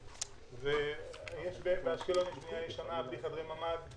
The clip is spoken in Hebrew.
ימים, ויש באשקלון בנייה ישנה, בלי חדרי ממ"ד,